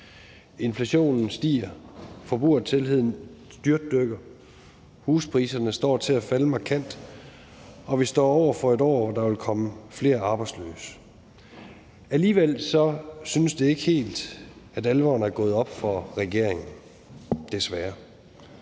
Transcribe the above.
Inflationen stiger, forbrugertilliden styrtdykker, huspriserne står til at falde markant, og vi står over for, at der vil komme flere arbejdsløse. Alligevel synes alvoren ikke helt at være gået op for regeringen, desværre.